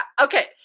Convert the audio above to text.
okay